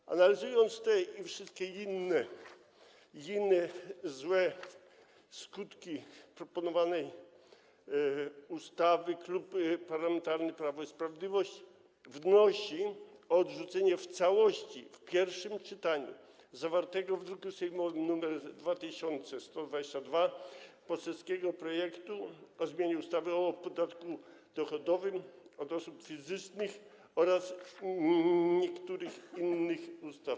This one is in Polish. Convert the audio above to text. Po przeanalizowaniu tych i wszystkich innych złych skutków proponowanej ustawy Klub Parlamentarny Prawo i Sprawiedliwość wnosi o odrzucenie w całości w pierwszym czytaniu zawartego w druku sejmowym nr 2122 poselskiego projektu ustawy o zmianie ustawy o podatku dochodowym od osób fizycznych oraz niektórych innych ustaw.